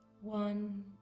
one